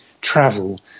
travel